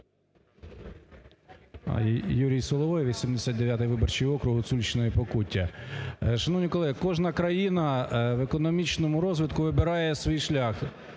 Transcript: Юрій Соловей, 89 виборчий округ, Сумщина і Покуття. Шановні колеги, кожна країна в економічному розвитку вибирає свій шлях: